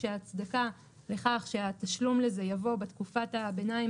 כשהצדקה לכך שהתשלום לזה יבוא בתקופת הביניים